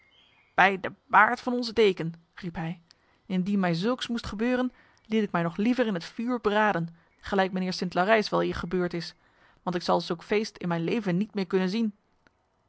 bij de baard van onze deken riep hij indien mij zulks moest gebeuren liet ik mij nog liever in het vuur braden gelijk mijnheer st laureys weleer gebeurd is want ik zal zulk feest in mijn leven niet meer kunnen zien